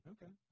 Okay